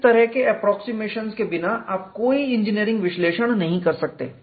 इस तरह के एप्रोक्सीमेशंस के बिना आप कोई इंजीनियरिंग विश्लेषण नहीं कर सकते